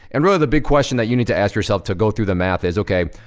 and, really, the big question that you need to ask yourself to go through the math is, okay.